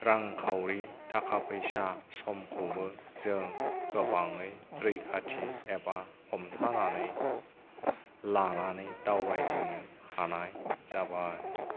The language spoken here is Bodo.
रांखावरि थाखा फैसा समखौबो जों गोबाङै रैखाथि एबा हमथानानै लानानै दावबायदिंनो हानाय जाबाय